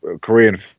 Korean